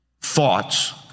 thoughts